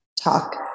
talk